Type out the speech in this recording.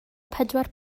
pedwar